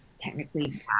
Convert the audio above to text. technically